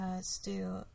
stew